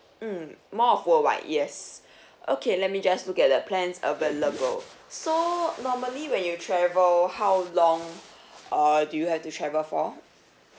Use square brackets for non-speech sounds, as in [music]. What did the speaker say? mm more of worldwide yes [breath] okay let me just look at the plans available so normally when you travel how long uh do you have to travel for